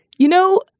you know,